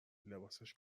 لباسش